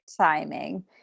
timing